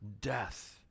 death